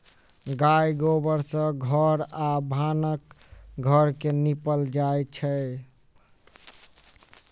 गाय गोबर सँ घर आ भानस घर के निपल जाइत अछि